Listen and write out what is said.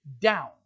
down